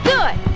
Good